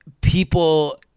people